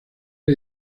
era